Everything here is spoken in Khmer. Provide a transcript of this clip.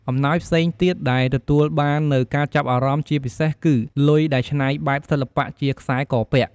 អំណោយផ្សេងទៀតដែលទទួលបាននូវការចាប់អារម្មណ៍ជាពិសេសគឺ លុយដែលឆ្នៃបែបសិល្បៈជាខ្សែកពាក់។